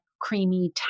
creamy